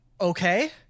Okay